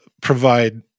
provide